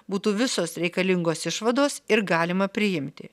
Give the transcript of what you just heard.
būtų visos reikalingos išvados ir galima priimti